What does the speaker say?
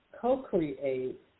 co-create